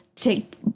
take